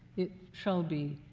it shall be